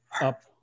up